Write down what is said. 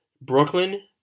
Brooklyn